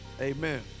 Amen